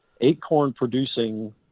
acorn-producing